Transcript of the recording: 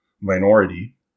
minority